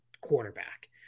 quarterback